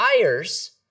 buyers